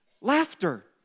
laughter